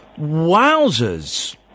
Wowzers